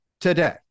today